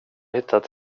hittat